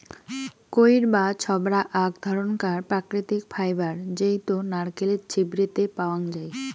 কইর বা ছোবড়া আক ধরণকার প্রাকৃতিক ফাইবার জেইতো নারকেলের ছিবড়ে তে পাওয়াঙ যাই